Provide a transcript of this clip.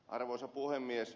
arvoisa puhemies